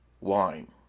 wine